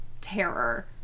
terror